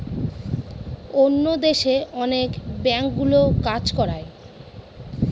অন্য দেশে অনেক ব্যাঙ্কগুলো কাজ করায়